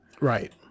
Right